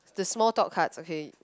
the small talk cards okay